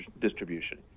distribution